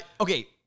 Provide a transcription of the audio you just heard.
okay